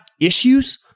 issues